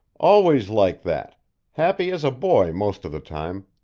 always like that happy as a boy most of the time,